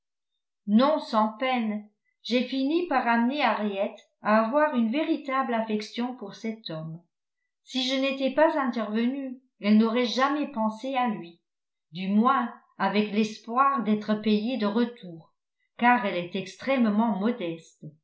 non sans peine j'ai fini par amener harriet à avoir une véritable affection pour cet homme si je n'étais pas intervenue elle n'aurait jamais pensé à lui du moins avec l'espoir d'être payée de retour car elle est extrêmement modeste